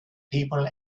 people